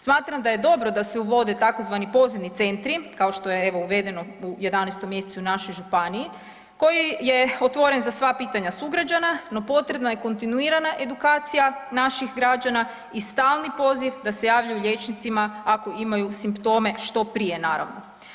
Smatram da je dobro da se uvode tzv. pozivni centri, kao što je evo, uvedeno u 11. mj. u našoj županiji, koji je otvoren za sva pitanja sugrađana, no potrebna je kontinuirana edukacija naših građana i stalni poziv da se javljaju liječnicima ako imaju simptome, što prije naravno.